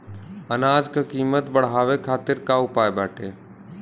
अनाज क कीमत बढ़ावे खातिर का उपाय बाटे?